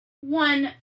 one